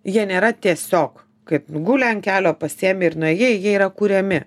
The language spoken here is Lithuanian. jie nėra tiesiog kaip guli ant kelio pasiėmei ir nuėjai jie yra kuriami